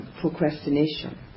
procrastination